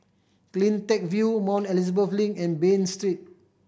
Cleantech View Mount Elizabeth Link and Bain Street